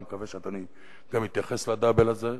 אני מקווה שאדוני גם יתייחס לדאבל הזה,